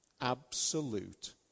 absolute